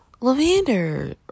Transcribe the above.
lavender